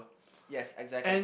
yes exactly